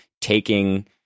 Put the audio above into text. taking